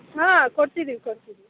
ಹಾಂ ಕೊಡ್ತಿದೀವಿ ಕೊಡ್ತೀವಿ